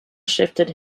shifted